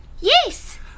Yes